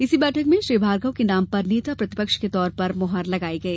इसी बैठक में श्री भार्गव के नाम पर नेता प्रतिपक्ष के तौर पर मुहर लगाई गई